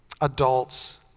adults